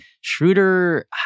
Schroeder